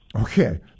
Okay